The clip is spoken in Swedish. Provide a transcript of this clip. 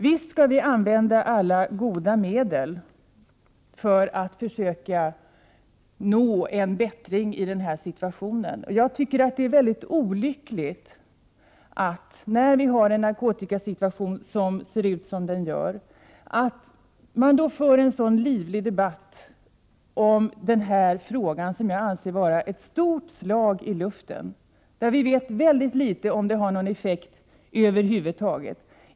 Visst skall vi använda alla goda medel för att försöka få en bättring i den här situationen. Jag tycker att det är mycket olyckligt, när narkotikasituationen ser ut som den gör, att man för en så livlig debatt om den här åtgärden som jag anser vara ett stort slag i luften. Vi vet mycket litet om huruvida den har någon effekt över huvud taget.